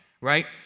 right